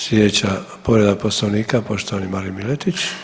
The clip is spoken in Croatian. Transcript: Slijedeća povreda Poslovnika, poštovani Marin Miletić.